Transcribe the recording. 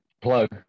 plug